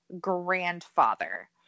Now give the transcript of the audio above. grandfather